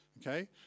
Okay